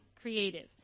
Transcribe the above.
creative